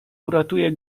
uratuje